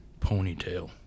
ponytail